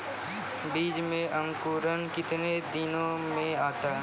बीज मे अंकुरण कितने दिनों मे आता हैं?